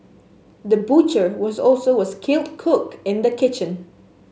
the butcher was also a skilled cook in the kitchen